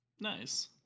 Nice